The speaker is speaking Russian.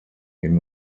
ими